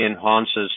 enhances